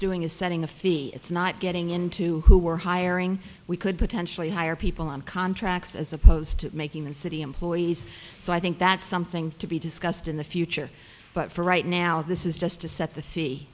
doing is setting a fee it's not getting into who are hiring we could potentially hire people on contracts as opposed to making the city employees so i think that's something to be discussed in the future but for right now this is just to